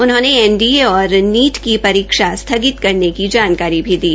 उन्होंने एनईईटी और गेट की परीक्षा स्थगित होने की जानकारी भी दी